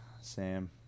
Sam